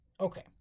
Okay